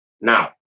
Now